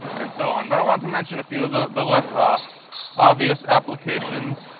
and so on. but i want to mention a few of the the less ah obvious applications,